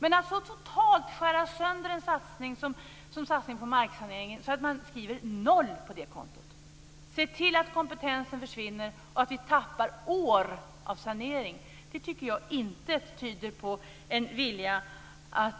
Men att så totalt skära sönder en satsning, som man gjorde med satsningen på marksanering, att man skriver noll på det kontot och ser till att kompetensen försvinner och att vi tappar år av sanering tycker jag inte tyder på en vilja att